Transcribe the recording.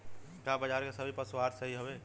का बाजार क सभी पशु आहार सही हवें?